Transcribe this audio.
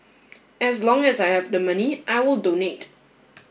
as long as I have the money I will donate